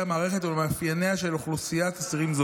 המערכת ולמאפייניה של אוכלוסיית אסירים זו.